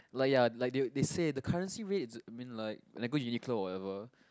like ya like they say the currency rate is mean like like go Uniqlo or whatever